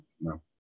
No